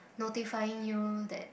notifying you that